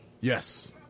Yes